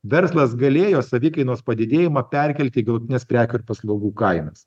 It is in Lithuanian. verslas galėjo savikainos padidėjimą perkelti į galutines prekių ir paslaugų kainas